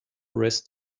rest